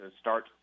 start